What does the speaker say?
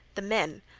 the men,